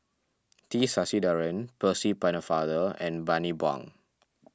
T Sasitharan Percy Pennefather and Bani Buang